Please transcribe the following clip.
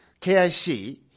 KIC